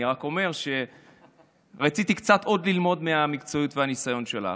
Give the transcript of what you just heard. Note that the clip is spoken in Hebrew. אני רק אומר שרציתי רק ללמוד עוד קצת מהמקצועיות ומהניסיון שלך.